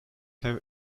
have